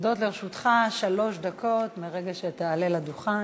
עומדות לרשותך שלוש דקות מרגע שתעלה לדוכן.